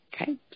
Okay